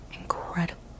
incredible